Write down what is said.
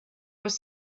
was